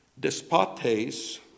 despotes